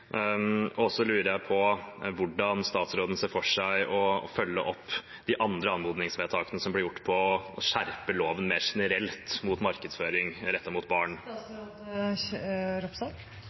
Så lurer jeg på hvordan statsråden ser for seg det å følge opp de andre anmodningsvedtakene som blir gjort om å skjerpe loven mer generelt når det gjelder markedsføring rettet mot barn.